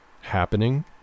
happening